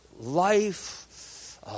life